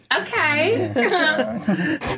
Okay